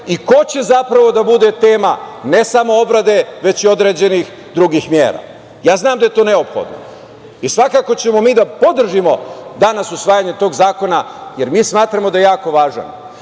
i ko će zapravo da bude tema ne samo obrade već i određenih drugih mera. Ja znam da je to neophodno i svakako ćemo mi da podržimo danas usvajanje tog zakona, jer mi smatramo da je jako važan.